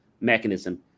mechanism